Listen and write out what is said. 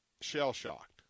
shell-shocked